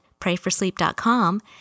PrayForSleep.com